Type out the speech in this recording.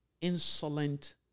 insolent